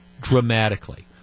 dramatically